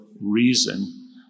reason